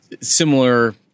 similar